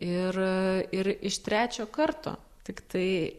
ir ir iš trečio karto tiktai